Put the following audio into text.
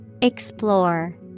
Explore